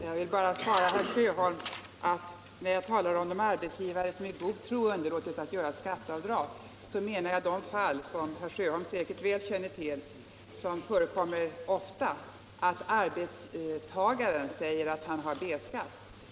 Herr talman! Jag vill svara herr Sjöholm, att när jag talade om arbetsgivare som i god tro underlåtit att göra skatteavdrag, så avsåg jag sådana fall — herr Sjöholm känner säkert väl till dem, ty de förekommer ofta — då arbetstagaren säger att han har B-skatt.